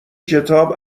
کتاب